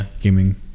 gaming